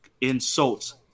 insults